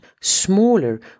smaller